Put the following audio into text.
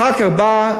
אחר כך בא,